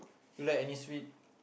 you like any sweet